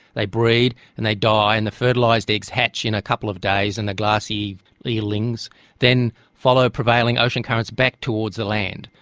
they breed and they die, and the fertilised eggs hatch in a couple of days and the glassy eelings then follow prevailing ocean currents back towards the land.